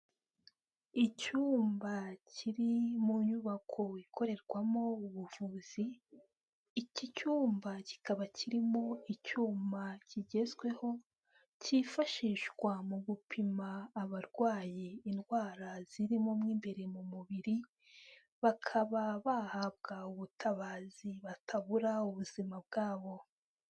Icyumba kiri mu nyubako ikorerwamo ubuvuzi, iki cyumba kikaba kirimo icyuma kigezweho, cyifashishwa mu gupima abarwaye indwara zirimo mo imbere mu mubiri, bakaba bahabwa ubutabazi batabura ubuzima bwabo.